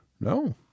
No